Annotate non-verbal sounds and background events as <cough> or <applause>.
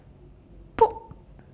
<noise>